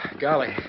Golly